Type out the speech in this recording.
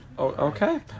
Okay